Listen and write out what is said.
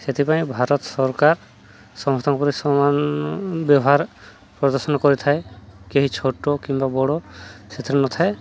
ସେଥିପାଇଁ ଭାରତ ସରକାର ସମସ୍ତଙ୍କ ପ୍ରତି ସମାନ ବ୍ୟବହାର ପ୍ରଦର୍ଶନ କରିଥାଏ କେହି ଛୋଟ କିମ୍ବା ବଡ଼ ସେଥିରେ ନଥାଏ